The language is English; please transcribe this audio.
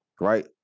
right